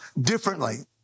differently